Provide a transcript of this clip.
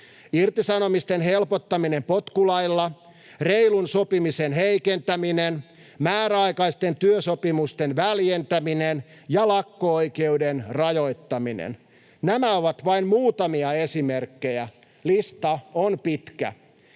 Irtisanomisten helpottaminen potkulailla, reilun sopimisen heikentäminen, määräaikaisten työsopimusten väljentäminen ja lakko-oikeuden rajoittaminen ovat vain muutamia esimerkkejä. Lista on pitkä.